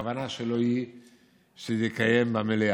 הכוונה שלו היא שיתקיים במליאה.